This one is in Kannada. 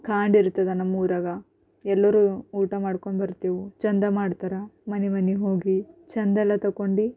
ಕಾಂಡ್ ಇರ್ತದ ನಮ್ಮೂರಾಗ ಎಲ್ಲರೂ ಊಟ ಮಾಡ್ಕೊಂಡು ಬರ್ತೇವು ಚೆಂದ ಮಾಡ್ತಾರೆ ಮನೆ ಮನೆಗೋಗಿ ಚೆಂದಲ್ಲ ತೊಗೊಂಡು